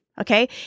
Okay